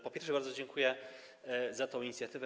Po pierwsze, bardzo dziękuję za tę inicjatywę.